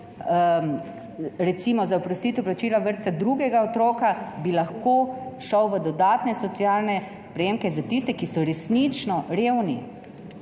recimo za oprostitev plačila vrtca drugega otroka, šel v dodatne socialne prejemke za tiste, ki so resnično revni,